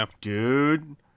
dude